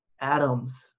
atoms